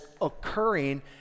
occurring